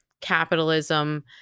capitalism